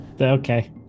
Okay